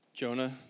Jonah